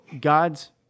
God's